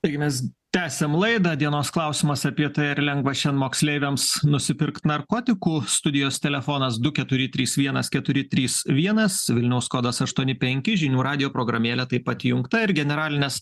taigi mes tęsiam laidą dienos klausimas apie tai ar lengva šian moksleiviams nusipirkt narkotikų studijos telefonas du keturi trys vienas keturi trys vienas vilniaus kodas aštuoni penki žinių radijo programėlė taip įjungta ir generalinės